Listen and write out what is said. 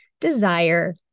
desire